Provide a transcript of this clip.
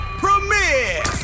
premiere